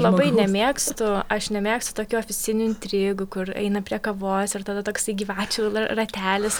labai nemėgstu aš nemėgstu tokių ofisinių intrigų kur eina prie kavos ir tada toksai gyvačių ratelis